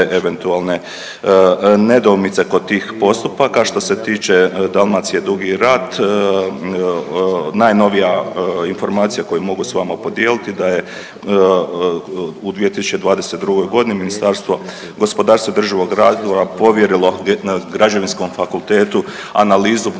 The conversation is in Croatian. eventualne nedoumice kod tih postupaka. Što se tiče Dalmacije Dugi Rat najnovija informacija koju mogu s vama podijeliti da je u 2022. godini Ministarstvo gospodarstva i održivog razvoja povjerilo Građevinskom fakultetu analizu